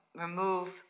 remove